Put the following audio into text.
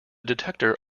detector